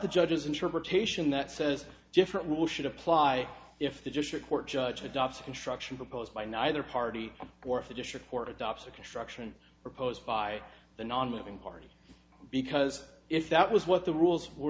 the judge's interpretation that says different rule should apply if the district court judge adopts a construction proposed by neither party or if the district court adopts the construction proposed by the nonmoving party because if that was what the rules were